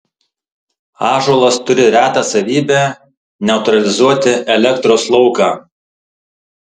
ąžuolas turi retą savybę neutralizuoti elektros lauką